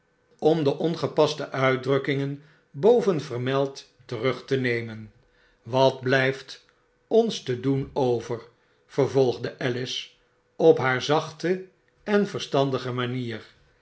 om de ongepaste uitdrukkingen boven vermeld terug te nemen wat blijft ons te doen over vervolgde alice op haar zachte en verstandige manier